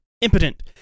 Impotent